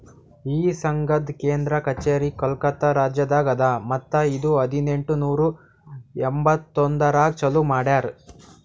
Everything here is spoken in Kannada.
ಈ ಸಂಘದ್ ಕೇಂದ್ರ ಕಚೇರಿ ಕೋಲ್ಕತಾ ರಾಜ್ಯದಾಗ್ ಅದಾ ಮತ್ತ ಇದು ಹದಿನೆಂಟು ನೂರಾ ಎಂಬತ್ತೊಂದರಾಗ್ ಚಾಲೂ ಮಾಡ್ಯಾರ್